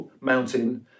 mountain